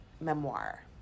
memoir